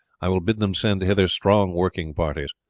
i will bid them send hither strong working parties,